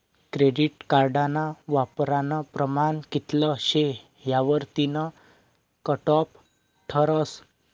credit कार्डना वापरानं प्रमाण कित्ल शे यावरतीन कटॉप ठरस